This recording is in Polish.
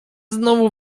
znowu